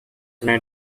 may